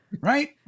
right